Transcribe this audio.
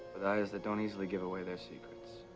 eyes that don't easily give away their secrets.